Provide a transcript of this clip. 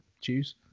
choose